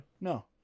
No